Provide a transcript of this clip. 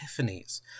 Epiphanies